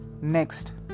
next